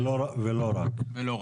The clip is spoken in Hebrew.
ולא רק.